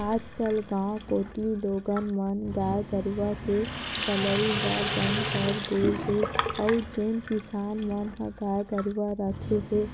आजकल गाँव कोती लोगन मन गाय गरुवा के पलई ल बंद कर दे हे अउ जेन किसान मन ह गाय गरुवा रखे हे